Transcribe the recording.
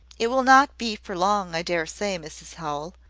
it will not be for long, i dare say, mrs howell.